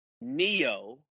neo